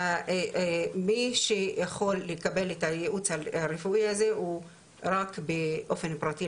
שמי שיכול לקבל את הייעוץ הרפואי הזה הוא רק באופן פרטי,